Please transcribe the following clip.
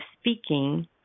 speaking